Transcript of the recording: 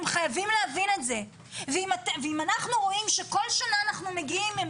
אתם חייבים להבין את זה ואם אנחנו רואים שכל שנה אנחנו מגיעים עם